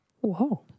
Whoa